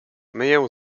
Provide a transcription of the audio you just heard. myję